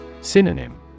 Synonym